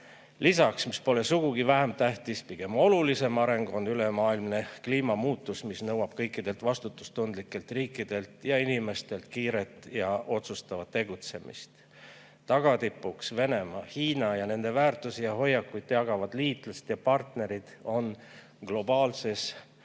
Lisaks, pole sugugi vähem tähtis ja pigem olulisem areng on ülemaailmne kliimamuutus, mis nõuab kõikidelt vastutustundlikelt riikidelt ja inimestelt kiiret ja otsustavat tegutsemist. Tagatipuks Venemaa, Hiina ja nende väärtusi ja hoiakuid jagavad liitlased ja partnerid on globaalses